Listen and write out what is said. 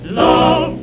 love